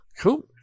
Cool